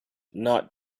not